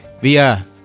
via